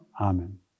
Amen